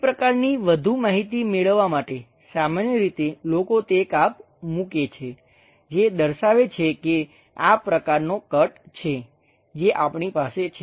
તે પ્રકારની વધુ માહિતી મેળવવા માટે સામાન્ય રીતે લોકો તે કાપ મૂકે છે જે દર્શાવે છે કે આ પ્રકારનો કટ છે જે આપણી પાસે છે